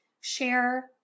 share